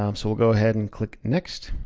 um so we'll go ahead and click next.